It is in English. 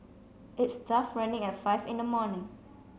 it's tough running at five in the morning